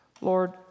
Lord